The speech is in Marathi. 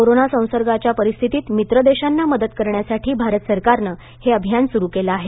कोरोना संसर्गाच्या परिस्थितीत मित्र देशांना मदत करण्यासाठी भारत सरकारनं हे अभियान सुरू केलं आहे